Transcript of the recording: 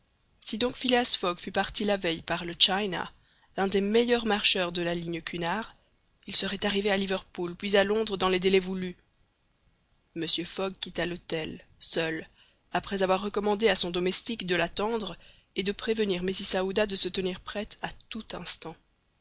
si donc phileas fogg fût parti la veille par le china l'un des meilleurs marcheurs de la ligne cunard il serait arrivé à liverpool puis à londres dans les délais voulus mr fogg quitta l'hôtel seul après avoir recommandé à son domestique de l'attendre et de prévenir mrs aouda de se tenir prête à tout instant